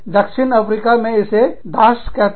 दक्षिण अफ्रीका में इसे दाश कहते हैं